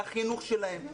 לחינוך שלהם,